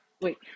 Wait